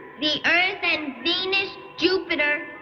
the earth and venus, jupiter.